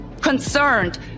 concerned